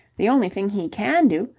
the only thing he can do,